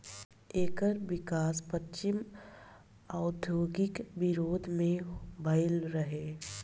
एकर विकास पश्चिमी औद्योगिक विरोध में भईल रहे